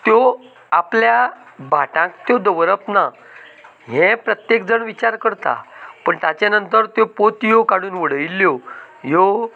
त्यो आपल्या भाटांत त्यो दवरप ना हे प्रत्येक जण विचार करता पूण ताचे नंतर त्यो पोतयो काडून उडयल्ल्यो ह्यो